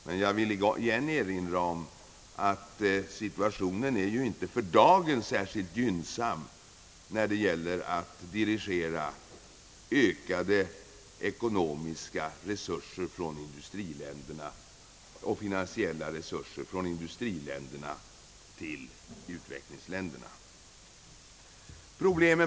Men jag vill igen erinra om att situationen är ju inte för dagen särskilt gynnsam när det gäller att dirigera ökade ekonomiska resurser och finansiella resurser från industriländerna till utvecklingsländerna.